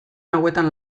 hauetan